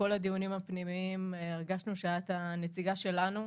שבכל הדיונים הפנימיים הרגשנו שאת הנציגה שלנו,